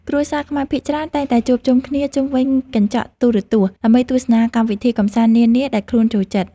គ្រួសារខ្មែរភាគច្រើនតែងតែជួបជុំគ្នាជុំវិញកញ្ចក់ទូរទស្សន៍ ដើម្បីទស្សនាកម្មវិធីកម្សាន្តនានាដែលខ្លួនចូលចិត្ត។